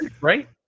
right